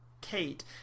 kate